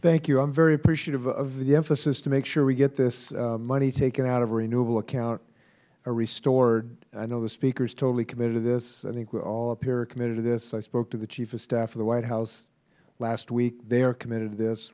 thank you i am very appreciative of the emphasis to make sure we get this money taken out of a renewable account restored i know the speaker is totally committed to this i think we all up here are committed to this i spoke to the chief of staff of the white house last week they are committed t